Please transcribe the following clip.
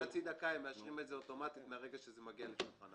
בדיון של חצי דקה הם מאשרים את זה אוטומטית מרגע שזה מגיע לשולחנם.